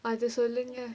அது சொல்லுங்க:athu sollunga